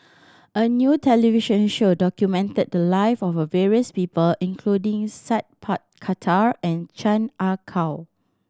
a new television show documented the live of various people including Sat Pal Khattar and Chan Ah Kow